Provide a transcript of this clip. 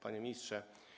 Panie Ministrze!